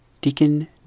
Deacon